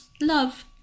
love